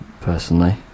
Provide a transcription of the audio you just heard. personally